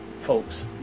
Folks